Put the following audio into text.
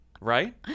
Right